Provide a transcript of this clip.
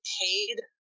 paid